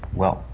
well,